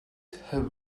have